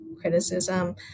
criticism